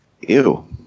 Ew